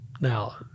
Now